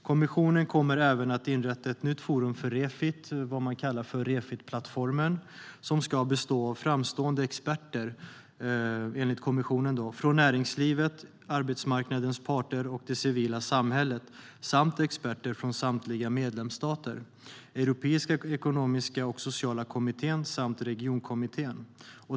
Kommissionen kommer även att inrätta ett nytt forum för Refit, kallat Refitplattformen, som ska bestå av framstående experter från näringslivet, arbetsmarknadens parter och det civila samhället samt experter från samtliga medlemsstater, Europeiska ekonomiska och sociala kommittén samt Regionkommittén.